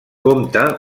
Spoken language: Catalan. comte